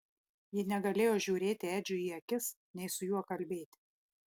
ji negalėjo žiūrėti edžiui į akis nei su juo kalbėti